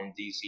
DC